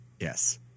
Yes